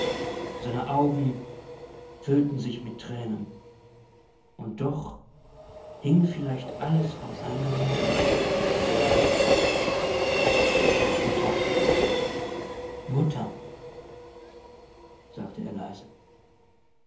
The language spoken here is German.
seine augen füllten sich mit tränen und doch hing vielleicht alles an einer minute mutter sagte er leise